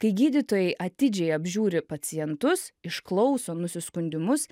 kai gydytojai atidžiai apžiūri pacientus išklauso nusiskundimus